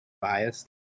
biased